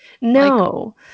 No